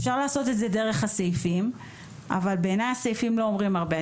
אפשר לעשות את זה דרך הסעיפים אבל בעיניי הסעיפים לא אומרים הרבה.